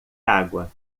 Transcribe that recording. água